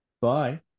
Bye